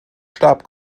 starb